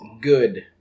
good